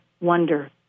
wonder